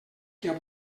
que